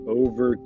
over